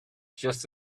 just